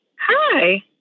Hi